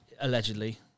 Allegedly